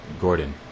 Gordon